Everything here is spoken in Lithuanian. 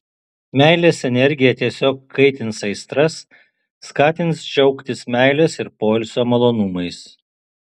meilės energija tiesiog kaitins aistras skatins džiaugtis meilės ir poilsio malonumais